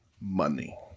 Money